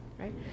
right